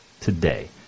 today